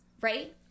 right